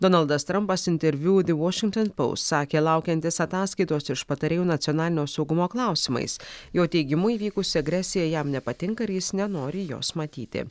donaldas trampas interviu ve vašington poust sakė laukiantis ataskaitos iš patarėjo nacionalinio saugumo klausimais jo teigimu įvykusi agresija jam nepatinka ir jis nenori jos matyti